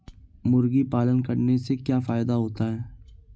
मुर्गी पालन करने से क्या फायदा होता है?